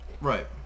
Right